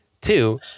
Two